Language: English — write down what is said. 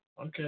Okay